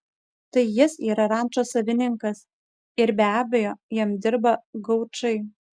tai jis yra rančos savininkas ir be abejo jam dirba gaučai